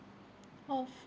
off